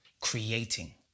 creating